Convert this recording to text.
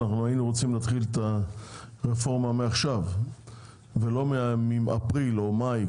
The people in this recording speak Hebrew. היינו רוצים להתחיל את הרפורמה מעכשיו ולא מאפריל או מאי,